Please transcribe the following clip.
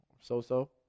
So-so